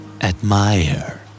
Admire